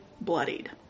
bloodied